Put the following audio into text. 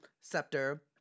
scepter